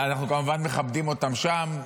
ואנחנו כמובן מכבדים אותם שם,